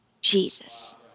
Jesus